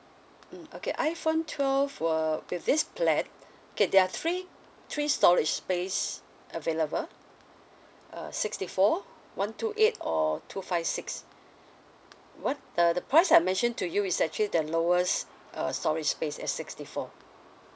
mm okay iphone twelve were with this plan okay there are three three storage space available uh sixty four one two eight or two five six what uh the price I mention to you is actually the lowest uh storage space at sixty four